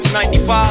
95